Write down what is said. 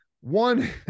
One